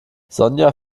sonja